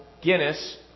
Guinness